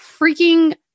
freaking